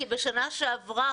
בשנה שעברה,